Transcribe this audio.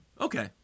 Okay